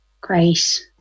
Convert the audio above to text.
great